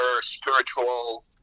spiritual